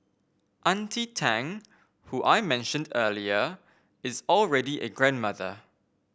auntie Tang who I mentioned earlier is already a grandmother